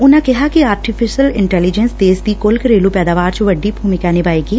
ਉਨਾਂ ਕਿਹਾ ਕਿ ਆਰਟੀਫਿਸ਼ਲ ਇਨਟੈਲੀਜੈਂਸ ਦੇਸ਼ ਦੀ ਕੁਲ ਘਰੇਲੁ ਪੈਦਾਵਾਰ ਚ ਵੱਡੀ ਭੂਮਿਕਾ ਨਿਭਾਏਗੀ